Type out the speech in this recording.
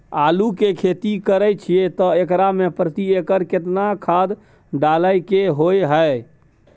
आलू के खेती करे छिये त एकरा मे प्रति एकर केतना खाद डालय के होय हय?